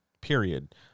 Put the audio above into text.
period